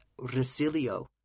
resilio